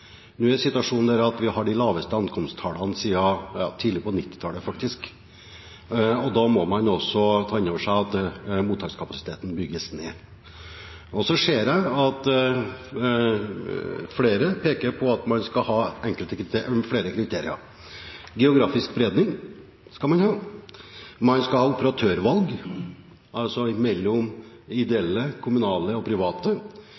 Nå er situasjonen den at vi har de laveste ankomsttallene siden tidlig på 1990-tallet. Da må man også ta inn over seg at mottakskapasiteten bygges ned. Så ser jeg at flere peker på at man skal ha flere kriterier. Geografisk spredning skal man ha. Man skal ha operatørvalg, altså mellom ideelle, kommunale og private.